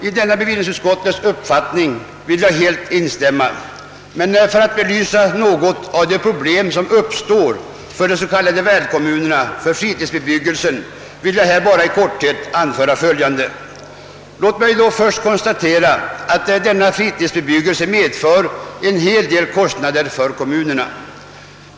I denna utskottets uppfattning instämmer jag helt. Men låt mig med några ord belysa de problem som vid fritidsbebyggelse uppstår för de s.k. värdkommunerna. Fritidsbebyggelsen medför en hel del kostnader för kommunerna.